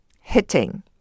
Hitting